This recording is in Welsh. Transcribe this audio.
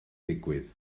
digwydd